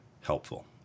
helpful